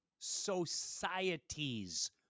societies